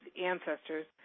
ancestors